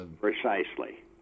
precisely